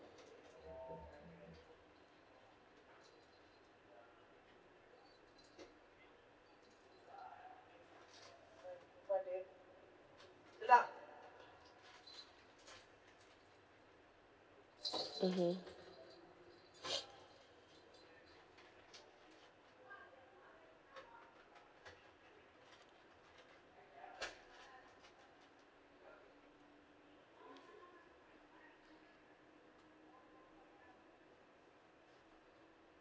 mmhmm